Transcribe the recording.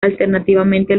alternativamente